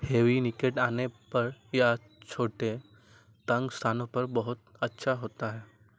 heavy निकट आने पर या छोटे तंग स्थानों पर बहुत अच्छा होता है